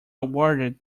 awarded